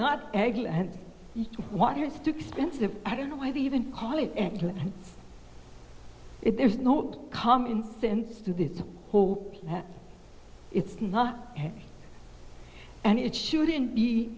sticks pensive i don't know why they even call it and if there's no common sense to this hope it's not and it shouldn't be